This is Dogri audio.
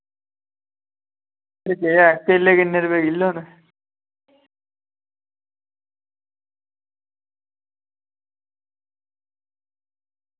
ते केले किन्ने रपेऽ किलो न